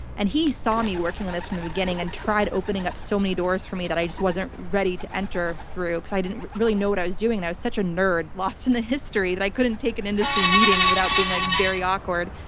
and he saw me working on this from the beginning and tried opening up so many doors for me that i just wasn't ready to enter through because i didn't really know what i was doing. i was such a nerd lost in the history that i couldn't take an industry meeting without being like very awkward.